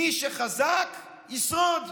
מי שחזק, ישרוד,